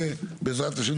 בעזרת השם,